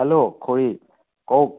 hello খুৰী কওক